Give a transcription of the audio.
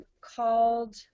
called